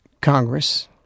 Congress